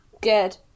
good